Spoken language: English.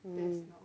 mm